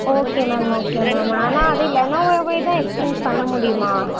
okay ma'am okay ma'am ஆனால் அது லெனோவாவேதான் எக்ஸ்சேஞ்ஜ் பண்ண முடியுமா